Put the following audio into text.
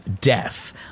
death